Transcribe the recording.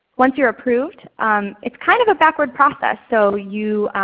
once you're approved it's kind of a backward process. so you